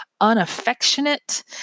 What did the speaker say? unaffectionate